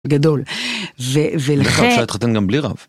גדול. ולכן אפשר להתחתן גם בלי רב.